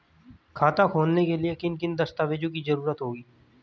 खाता खोलने के लिए किन किन दस्तावेजों की जरूरत होगी?